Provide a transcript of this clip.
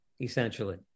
essentially